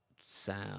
sound